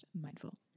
mindful